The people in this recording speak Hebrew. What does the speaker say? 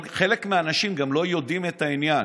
חלק מהאנשים גם לא יודעים את העניין.